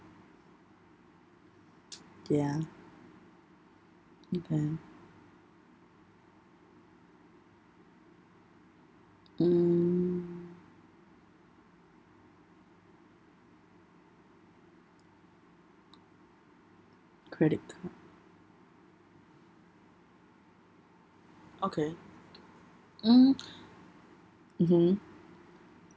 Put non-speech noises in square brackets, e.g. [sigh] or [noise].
ya and then mm credit card okay mm [noise] mmhmm